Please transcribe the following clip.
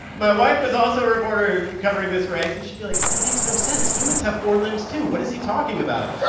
my wife was also a reporter covering this race, and she'd be like, that makes no sense. humans have four limbs, too. what is he talking about?